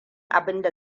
abinda